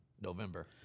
November